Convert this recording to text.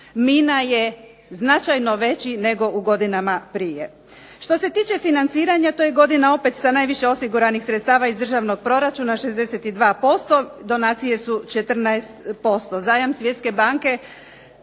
mina je značajno veći nego u godinama prije. Što se tiče financiranja to je godina opet sa najviše osiguranih sredstava iz državnog proračuna 62%, donacije su 14%, zajam Svjetske banke